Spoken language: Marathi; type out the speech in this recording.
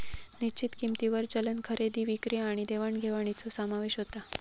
निश्चित किंमतींवर चलन खरेदी विक्री आणि देवाण घेवाणीचो समावेश होता